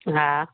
हा